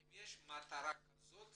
האם יש מטרה כזאת